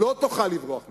לא תוכל לברוח ממנה.